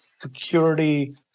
security